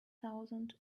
thousand